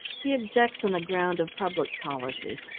he objects on the ground of public policy,